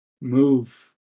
move